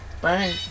Bye